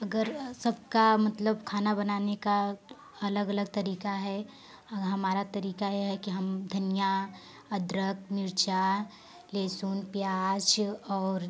अगर सबका मतलब खाना बनाने का अलग अलग तरीका है और हमारा तरीका यह है कि हम धनिया अदरक मिर्चा लहसुन प्याज और